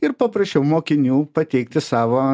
ir paprašiau mokinių pateikti savo savo